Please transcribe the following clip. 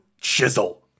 Chisel